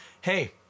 hey